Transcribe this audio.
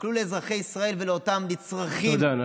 תסתכלו על אזרחי ישראל ועל אותם נצרכים, תודה.